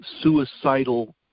suicidal